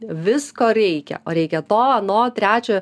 visko reikia o reikia to ano trečio